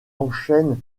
enchaîne